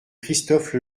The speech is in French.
christophe